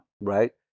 Right